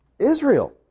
Israel